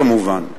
כמובן,